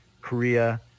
Korea